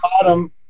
bottom